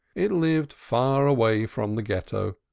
it lived far away from the ghetto,